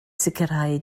sicrhau